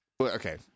Okay